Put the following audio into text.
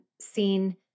seen